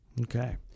Okay